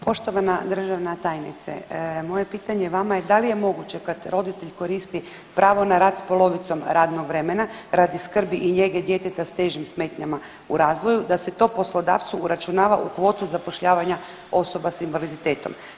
Poštovana državna tajnice, moje pitanje vama je da li je moguće kad roditelj koristi pravo na rad s polovicom radnog vremena radi skrbi i njege djeteta s težim smetnjama u razvoju da se to poslodavcu uračunava u kvotu zapošljavanja osoba s invaliditetom.